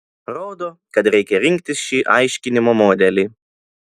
rodo kad reikia rinktis šį aiškinimo modelį